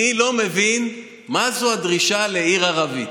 אני לא מבין מה זו הדרישה לעיר ערבית.